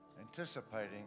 anticipating